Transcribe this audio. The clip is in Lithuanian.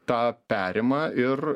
tą perima ir